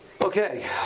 Okay